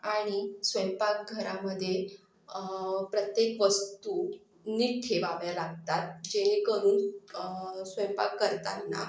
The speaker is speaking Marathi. आणि स्वयंपाकघरामध्ये प्रत्येक वस्तू नीट ठेवाव्या लागतात जेणेकरून स्वयंपाक करताना